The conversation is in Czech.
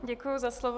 Děkuji za slovo.